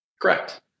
Correct